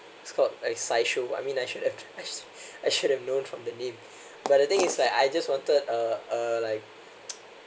it's called excite show I mean I should have I should I should have known from the name but the thing is like I just wanted uh uh like